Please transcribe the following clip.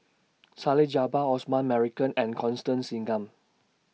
Salleh Japar Osman Merican and Constance Singam